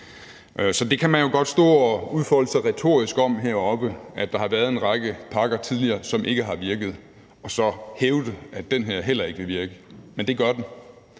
Man kan jo godt stå heroppe og udfolde sig retorisk om, at der har været en række pakker tidligere, som ikke har virket, og så hævde, at den her heller ikke vil virke, men det gør den,